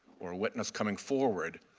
or a witness coming forward,